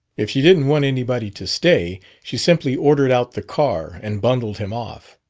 if she didn't want anybody to stay, she simply ordered out the car and bundled him off.